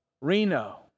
Reno